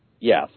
yes